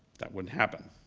that wouldn't happen.